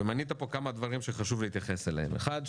ומנית פה כמה דברים שחשוב להתייחס אליהם: אחד,